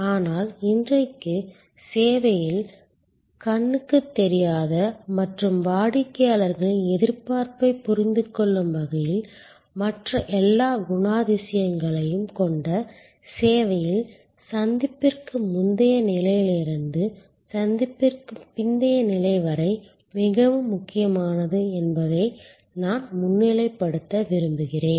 ஆனால் இன்றைக்கு சேவையில் கண்ணுக்குத் தெரியாத மற்றும் வாடிக்கையாளர்களின் எதிர்பார்ப்பைப் புரிந்துகொள்ளும் வகையில் மற்ற எல்லா குணாதிசயங்களையும் கொண்ட சேவையில் சந்திப்பிற்கு முந்தைய நிலையிலிருந்து சந்திப்பிற்குப் பிந்தைய நிலை வரை மிகவும் முக்கியமானது என்பதை நான் முன்னிலைப்படுத்த விரும்புகிறேன்